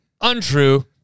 Untrue